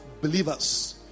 believers